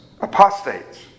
Apostates